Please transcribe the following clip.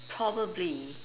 probably